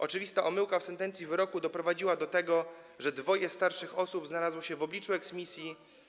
Oczywista omyłka w sentencji wyroku doprowadziła do tego, że dwie starsze osoby znalazły się w obliczu eksmisji.